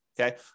Okay